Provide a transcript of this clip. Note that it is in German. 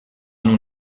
nun